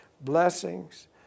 blessings